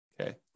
okay